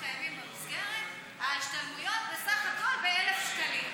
הקיימים במסגרת יהיו השתלמויות בסך הכול ב-1,000 שקלים.